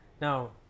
Now